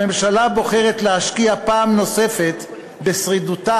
הממשלה בוחרת להשקיע פעם נוספת בשרידותה